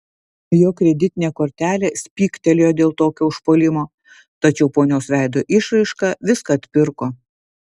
jo kreditinė kortelė spygtelėjo dėl tokio užpuolimo tačiau ponios veido išraiška viską atpirko